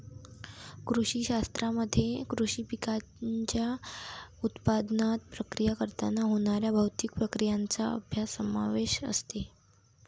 कृषी शास्त्रामध्ये कृषी पिकांच्या उत्पादनात, प्रक्रिया करताना होणाऱ्या भौतिक प्रक्रियांचा अभ्यास समावेश असते